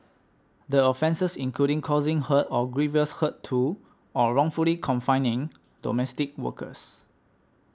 the offences included causing hurt or grievous hurt to or wrongfully confining domestic workers